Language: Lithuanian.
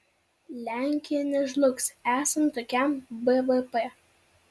lenkija nežlugs esant tokiam bvp